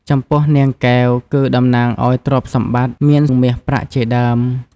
ចំពោះនាងកែវ គឺតំណាងឲ្យទ្រព្យសម្បត្តិ មានមាសប្រាក់ជាដើម ។